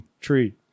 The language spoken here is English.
tree